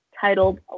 titled